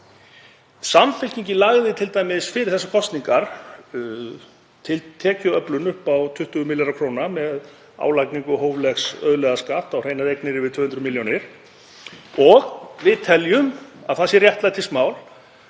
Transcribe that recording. Samfylkingin lagði t.d. fyrir þessar kosningar til tekjuöflun upp á 20 milljarða kr. með álagningu hóflegs auðlegðarskatts á hreinar eignir yfir 200 milljónir og við teljum að það sé réttlætismál